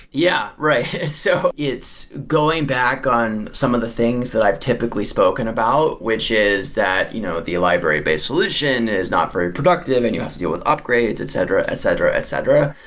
yeah, right. so, it's going back on some of the things that i've typically spoken about, which is that you know the library-based solution is not very productive and you have to deal with upgrades, etc, etc, etc.